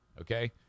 okay